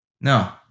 No